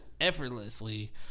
effortlessly